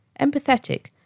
empathetic